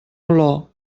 olor